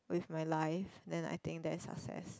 with my life then I think that is success